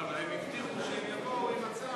לא, אבל הם הבטיחו שהם יבואו עם הצעה.